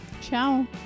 Ciao